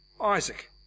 Isaac